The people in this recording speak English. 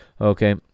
Okay